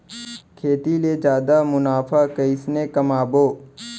खेती ले जादा मुनाफा कइसने कमाबो?